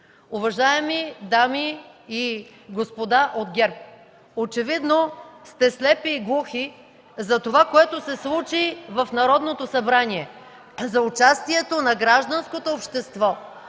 Уважаеми дами и господа от ГЕРБ, очевидно сте слепи и глухи за това, което се случи в Народното събрание, за участието за първи път на гражданското общество,